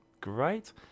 great